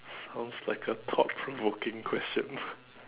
sounds like a thought provoking question